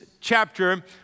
chapter